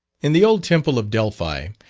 in the old temple of delphi,